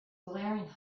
glaringly